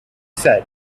said